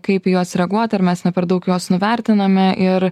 kaip į juos reaguoti ar mes ne per daug juos nuvertiname ir